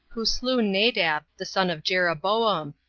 who slew nadab, the son of jeroboam,